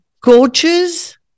Coaches